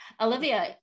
olivia